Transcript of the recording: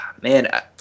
Man